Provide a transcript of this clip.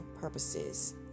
purposes